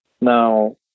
Now